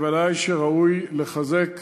וודאי שראוי לחזק